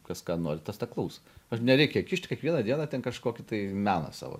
kas ką nori tas tą klauso ir nereikia kišt kiekvieną dieną ten kažkokį tai meną savo